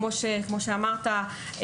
כמו שאמרת,